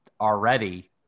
already